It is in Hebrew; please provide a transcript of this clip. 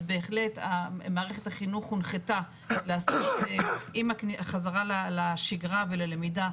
אז בהחלט מערכת החינוך הונחתה לעשות עם החזרה לשגרה וללמידה,